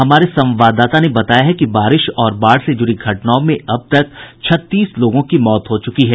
हमारे संवाददाता ने बताया है कि बारिश और बाढ़ से जुड़ी घटनाओं में अब तक छत्तीस लोगों की मौत हो चुकी है